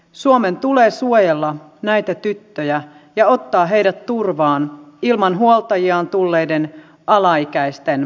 suomen tulee suojella näitä tyttöjä ja ottaa heidät turvaan ilman huoltajiaan tulleiden alaikäisten vastaanottokeskuksiin